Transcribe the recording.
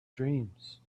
dreams